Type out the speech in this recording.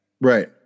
Right